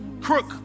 crook